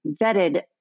vetted